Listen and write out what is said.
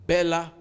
Bella